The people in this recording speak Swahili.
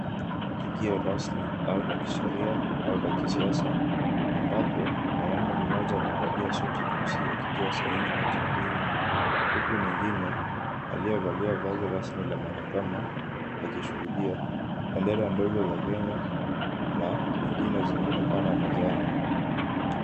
Tukio rasmi au la kisheria au la kisiasa ambapo mwanaume mmoja amevalia suti nyeusi akitia saini hati muhimu huku mwingine aliyevalia vazi rasmi la mahakama akishuhudia. Bendera ndogo za Kenya na nyingine zinaonekana mezani.